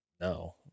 no